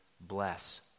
bless